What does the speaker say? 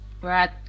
Right